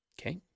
Okay